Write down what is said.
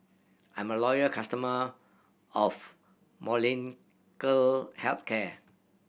I'm a loyal customer of Molnylcke Health Care